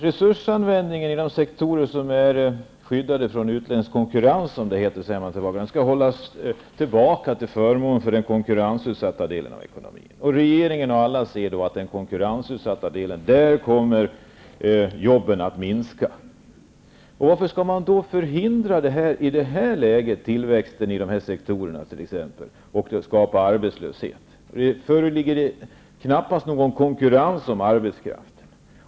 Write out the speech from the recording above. Resursanvändningen i de sektorer som är skyddade från utländsk konkurrens skall hållas tillbaka till förmån för den konkurrensutsatta delen av ekonomin. Regeringen och alla andra säger att antalet jobb i den konkurrensutsatta delen kommer att minska. Varför skall man då förhindra tillväxten i dessa sektorer och skapa arbetslöshet? Det föreligger knappast någon konkurrens om arbetskraften.